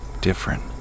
different